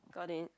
got in